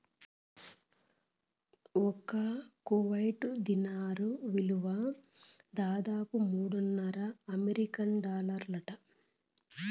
ఒక్క Kuwait dinar ఇలువ దాదాపు మూడున్నర అమెరికన్ డాలర్లంట